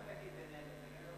אל תגיד: איננו.